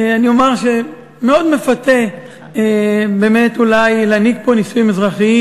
אני אומר שבאמת מאוד מפתה אולי להנהיג פה נישואים אזרחיים.